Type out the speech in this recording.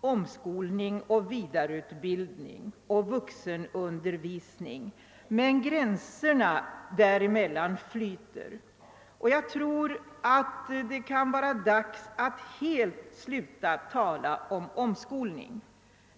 omskolning, vidareutbildning och vuxenundervisning, så skall vi hålla i minnet att gränserna däremellan är flytande. Jag tror för min del att det är dags att sluta tala om omskolning.